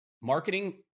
Marketing